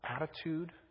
attitude